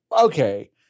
Okay